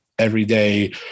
Everyday